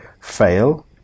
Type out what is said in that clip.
fail